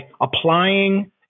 applying